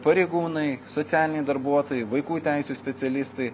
pareigūnai socialiniai darbuotojai vaikų teisių specialistai